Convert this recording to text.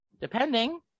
Depending